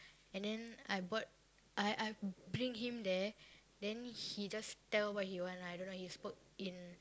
and then I bought I I bring him there then he just tell what he want lah I don't know he spoke in